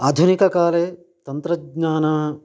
आधुनिककाले तन्त्रज्ञानं